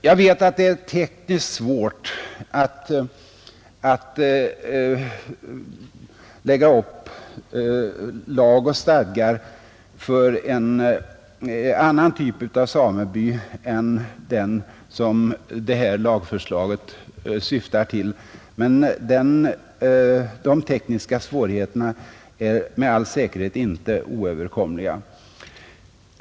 Jag vet att det är tekniskt svårt att lägga upp lag och stadgar för en annan typ av sameby än den som detta lagförslag syftar till, men de tekniska svårigheterna är med all säkerhet inte oöverkomliga.